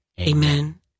Amen